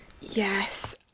Yes